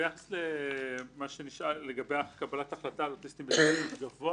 ביחס לגבי קבלת החלטה על אוטיסטים בתפקוד גבוה